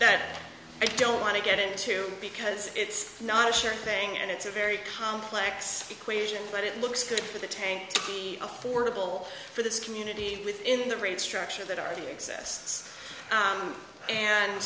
that i don't want to get into because it's not a sure thing and it's a very complex equation but it looks good for the tank to be affordable for this community within the rate structure that already exists and